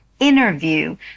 Interview